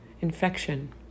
infection